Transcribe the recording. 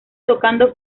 tocado